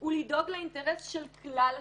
היא לדאוג לאינטרס של כלל הציבור.